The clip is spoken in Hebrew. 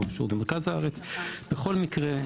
או במרכז הארץ בכל מקרה,